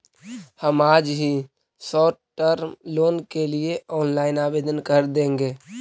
हम आज ही शॉर्ट टर्म लोन के लिए ऑनलाइन आवेदन कर देंगे